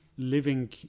living